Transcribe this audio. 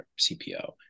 CPO